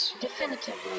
definitively